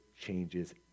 Changes